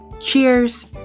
Cheers